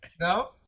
no